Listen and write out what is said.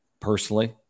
personally